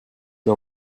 the